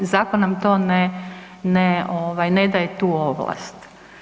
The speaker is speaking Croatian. Zakon nam to ne daje tu ovlast.